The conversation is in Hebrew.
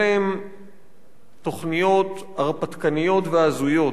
אלה הן תוכניות הרפתקניות והזויות.